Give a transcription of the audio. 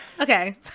Okay